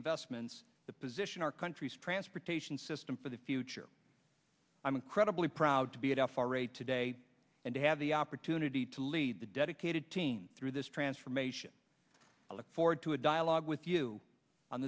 investments that position our country's transportation system for the future i'm incredibly proud to be at f r a today and to have the opportunity to lead the dedicated team through this transformation i look forward to a dialogue with you on